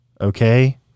Okay